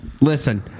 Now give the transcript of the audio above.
Listen